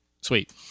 sweet